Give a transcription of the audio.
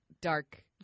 Dark